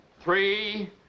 Three